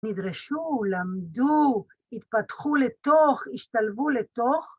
‫נדרשו, למדו, התפתחו לתוך, ‫השתלבו לתוך.